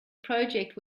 project